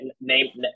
name